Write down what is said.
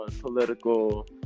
political